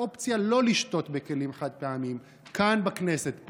אופציה לא לשתות בכלים חד-פעמיים כאן בכנסת?